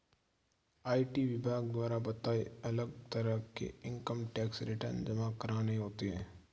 IT विभाग द्वारा बताए, अलग तरह के इन्कम टैक्स रिटर्न जमा करने होते है